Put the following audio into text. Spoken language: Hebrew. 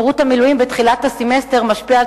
שירות המילואים בתחילת הסמסטר משפיע על